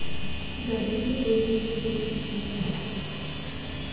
गधे के एक लीटर दूध की कीमत क्या है?